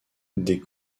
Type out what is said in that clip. des